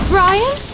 Brian